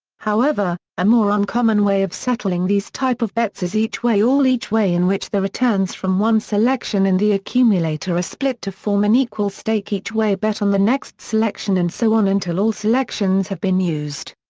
however, a more uncommon way of settling these type of bets is each-way all each-way in which the returns from one selection in the accumulator are split to form an equal-stake each-way bet on the next selection and so on until all selections have been used.